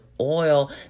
oil